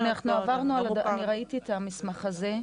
אני ראיתי את המסמך הזה.